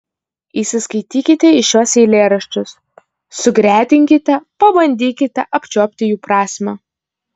įsiskaitykite į šiuos eilėraščius sugretinkite pabandykite apčiuopti jų prasmę